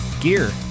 gear